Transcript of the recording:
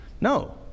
No